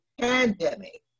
pandemic